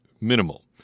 minimal